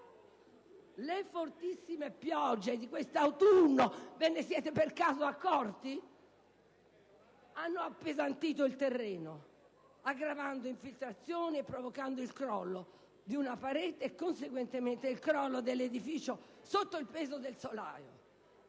Le fortissime piogge di questo autunno - ve ne siete per caso accorti? - hanno appesantito il terreno, aggravando infiltrazioni e provocando il crollo di una parete e conseguentemente il crollo dell'edificio sotto il peso del solaio